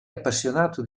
appassionato